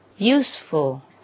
Useful